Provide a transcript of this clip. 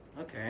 Okay